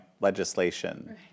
legislation